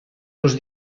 dos